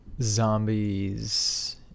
zombies